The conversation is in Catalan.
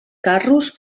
carros